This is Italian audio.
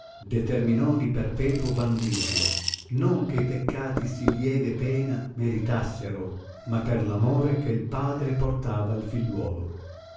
determinò di perpetuo bandirlo non che i peccati si lieve pena meritassero ma per l amore che l padre portava al figliuolo